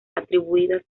atribuidas